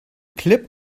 klipp